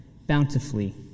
bountifully